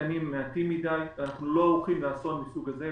התקנים מעטים מדי ואנחנו לא ערוכים לאסון מהסוג הזה.